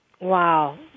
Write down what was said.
Wow